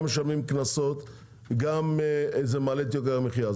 משלמים קנסות וזה גם מעלה את יוקר המחיה.